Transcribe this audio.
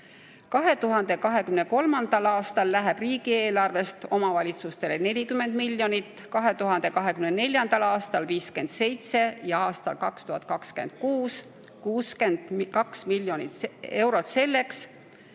2023. aastal läheb riigieelarvest omavalitsustele 40 miljonit, 2024. aastal 57 miljonit ja 2026. aastal 62 miljonit eurot, selleks